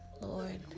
Lord